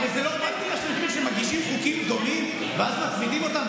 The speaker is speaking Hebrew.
הרי זו לא פעם ראשונה שמגישים חוקים דומים ואז מצמידים אותם.